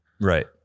right